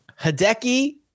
Hideki